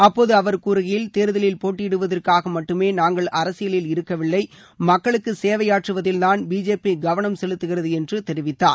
அப்போது அவர் கூறுகையில் தேர்தலில் போட்டியிடுவதற்காக மட்டுமே நாங்கள் அரசியலில் இருக்கவில்லை மக்களுக்கு சேவையாற்றுவதில்தான் பிஜேபி கவனம் செலுத்திதுகிறது என்று தெரிவித்தார்